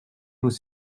vous